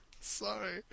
Sorry